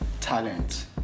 talent